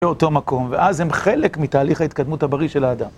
באותו מקום, ואז הם חלק מתהליך ההתקדמות הבריא של האדם.